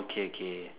okay okay